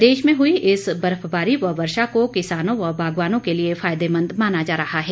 प्रदेश में हई इस बर्फबारी व वर्षा को किसानों व बागवानों के लिए फायदेमंद माना जा रहा है